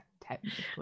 technically